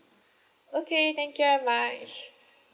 okay thank you very much